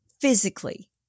physically